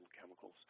chemicals